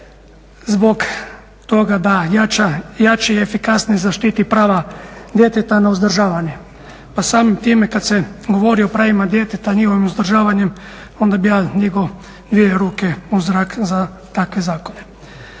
zbog toga da jače i efikasnije zaštiti prava djeteta na uzdržavanje. Pa samim time kada se govori o pravima djeteta, njihovom uzdržavanjem onda bih ja digao dvije ruke u zrak za takve zakone.